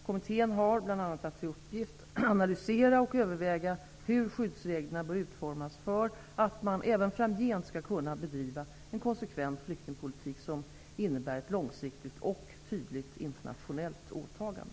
Kommittén har bl.a. till uppgift att analysera och överväga hur skyddsreglerna bör utformas för att man även framgent skall kunna bedriva en konsekvent flyktingpolitik som innebär ett långsiktigt och tydligt internationellt åtagande.